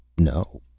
no,